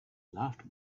laughed